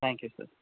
thank you sir